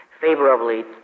favorably